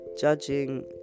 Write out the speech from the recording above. judging